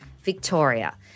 Victoria